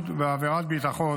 18),